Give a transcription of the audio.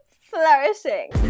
flourishing